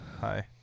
Hi